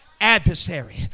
adversary